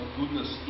goodness